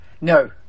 No